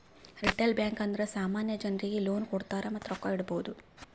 retail bank ಅಂದುರ್ ಸಾಮಾನ್ಯ ಜನರಿಗ್ ಲೋನ್ ಕೊಡ್ತಾರ್ ಮತ್ತ ರೊಕ್ಕಾ ಇಡ್ಬೋದ್